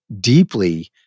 deeply